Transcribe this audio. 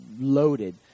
loaded